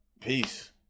peace